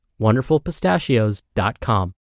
wonderfulpistachios.com